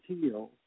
heal